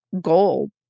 goal